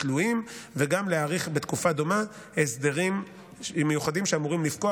תלויים וגם להאריך בתקופה דומה הסדרים מיוחדים שאמורים לפקוע,